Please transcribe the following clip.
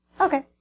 Okay